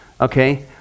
Okay